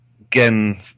again